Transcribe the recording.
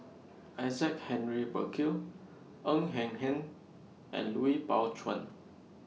Isaac Henry Burkill Ng Eng Hen and Lui Pao Chuen